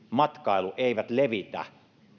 matkailu eivät levitä